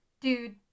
Dude